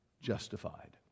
justified